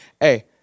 hey